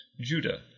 Judah